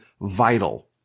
vital